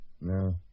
No